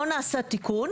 היום,